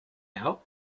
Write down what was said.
out